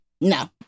No